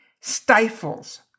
stifles